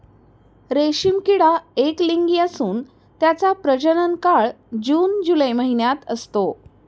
रेशीम किडा एकलिंगी असून त्याचा प्रजनन काळ जून जुलै महिन्यात असतो